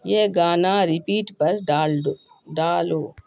یہ گانا رپیٹ پر ڈال ڈو ڈالو